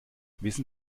wissen